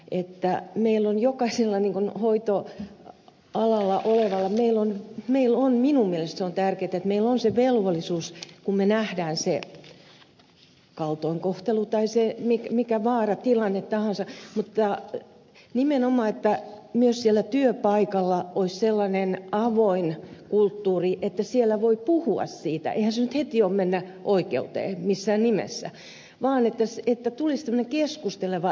että mielon joka siltä kannalta minun mielestäni se on tärkeätä että meillä on jokaisella hoitoalalla olevalla se velvollisuus kun me näemme sen kaltoinkohtelun tai minkä vaaratilanteen tahansa mutta nimenomaan että myös siellä työpaikalla olisi sellainen avoin kulttuuri että siellä voi puhua siitä eihän sitä nyt heti mennä oikeuteen missään nimessä vaan että tulisi tämmöinen keskusteleva ilmapiiri